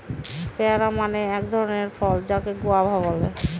পেয়ারা মানে হয় এক ধরণের ফল যাকে গুয়াভা বলে